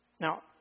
Now